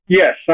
Yes